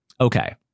okay